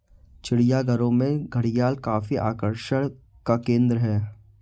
चिड़ियाघरों में घड़ियाल काफी आकर्षण का केंद्र है